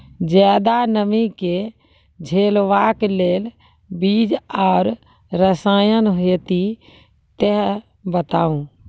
ज्यादा नमी के झेलवाक लेल बीज आर रसायन होति तऽ बताऊ?